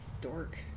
Dork